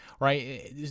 right